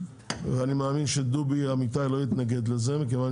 אני מאמין שדובי אמיתי לא יתנגד לזה מכיוון